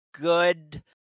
Good